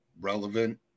relevant